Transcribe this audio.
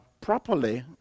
properly